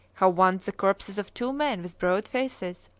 how once the corpses of two men with broad faces,